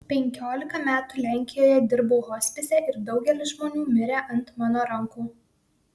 penkiolika metų lenkijoje dirbau hospise ir daugelis žmonių mirė ant mano rankų